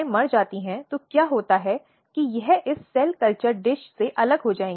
कार्यवाही कैमरे में होनी चाहिए